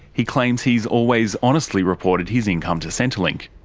he claims he's always honestly reported his income to centrelink.